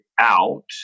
out